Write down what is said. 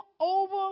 over